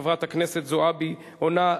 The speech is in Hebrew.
שחברת הכנסת זועבי עונה,